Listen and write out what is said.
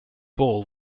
ball